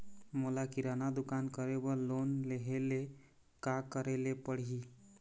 मोला किराना दुकान करे बर लोन लेहेले का करेले पड़ही?